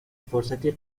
فرصتی